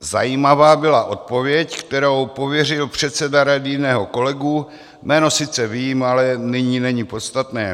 Zajímavá byla odpověď, kterou pověřil předseda rady jiného kolegu, jméno sice vím, ale nyní není podstatné.